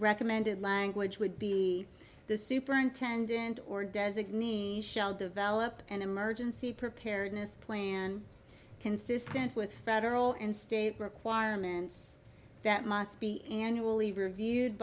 recommended language would be the superintendent or designee develop an emergency preparedness plan consistent with federal and state requirements that must be annually reviewed